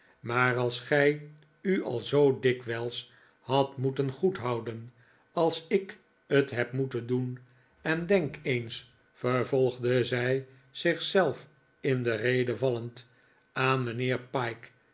maar als gij u al zoo dikwijls hadt moeten goedhouden als ik t heb moeten doen en denk eens vervolgde zij zich zelf in de rede vallend aan mijnheer pyke